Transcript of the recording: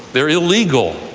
they're illegal.